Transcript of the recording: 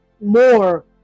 more